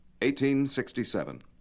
1867